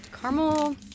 Caramel